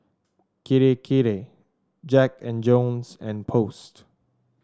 Kirei Kirei Jack And Jones and Post